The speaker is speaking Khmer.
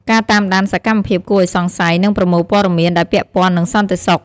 ការតាមដានសកម្មភាពគួរឱ្យសង្ស័យ និងប្រមូលព័ត៌មានដែលពាក់ព័ន្ធនឹងសន្តិសុខ។